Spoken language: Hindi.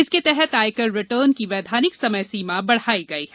इसके तहत आय कर रिटर्न की वैधानिक समय सीमा बढाई गई है